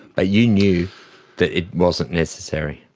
but you knew that it wasn't necessary.